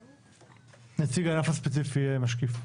ושנציג הענף הספציפי יהיה משקיף.